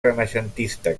renaixentista